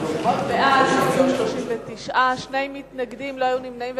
בעד, 39, שני מתנגדים, ולא היו נמנעים.